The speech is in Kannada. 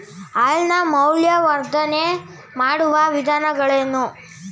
ಹಾಲಿನ ಮೌಲ್ಯವರ್ಧನೆ ಮಾಡುವ ವಿಧಾನಗಳೇನು?